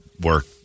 work